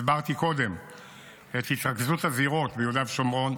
הסברתי קודם את התרכזות הזירות ביהודה ושומרון.